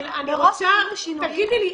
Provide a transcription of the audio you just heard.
מראש עשינו שינויים כדי להפחית מחירים.